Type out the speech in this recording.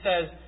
says